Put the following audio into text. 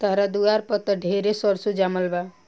तहरा दुआर पर त ढेरे सरसो जामल बा